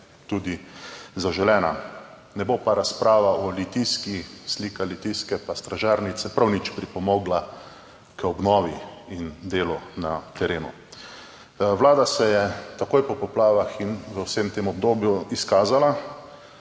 tudi zaželena. Ne bo pa razprava o Litijski, slika Litijske pa stražarnice prav nič pripomogla k obnovi in delu na terenu. Vlada se je takoj po poplavah in v vsem tem obdobju izkazala